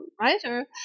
writer